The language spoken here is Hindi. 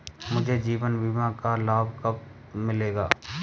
मुझे जीवन बीमा का लाभ कब मिलेगा?